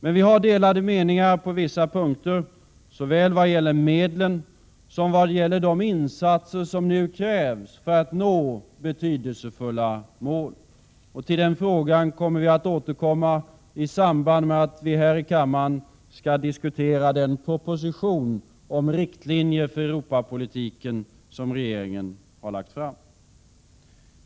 Men vi har delade meningar på vissa punkter såväl vad gäller medlen som vad gäller de insatser som nu krävs för att nå betydelsefulla mål. Till den frågan kommer vi att återkomma i samband med att vi här i kammaren skall diskutera den proposition om riktlinjer för Europapolitiken som regeringen har lagt fram.